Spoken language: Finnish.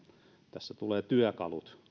tässä tulee työkalut